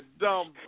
dumb